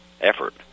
effort